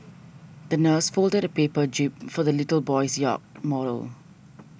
the nurse folded a paper jib for the little boy's yacht model